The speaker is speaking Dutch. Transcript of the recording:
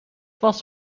was